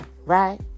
right